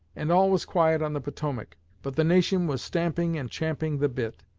and all was quiet on the potomac but the nation was stamping and champing the bit.